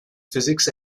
physics